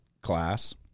class